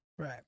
Right